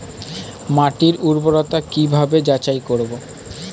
মাটির উর্বরতা কি ভাবে যাচাই করব?